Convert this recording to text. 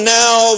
now